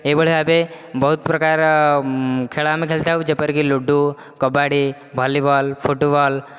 ଏଇଭଳି ଭାବେ ବହୁତ ପ୍ରକାର ଖେଳ ଆମେ ଖେଳିଥାଉ ଯେପରିକି ଲୁଡୁ କବାଡ଼ି ଭଲିବଲ୍ ଫୁଟବଲ୍